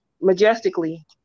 majestically